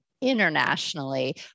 internationally